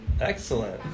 excellent